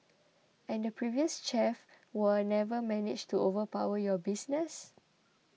and the previous chef were never managed to overpower your business